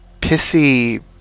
pissy